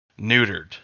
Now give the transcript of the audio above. neutered